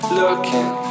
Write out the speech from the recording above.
looking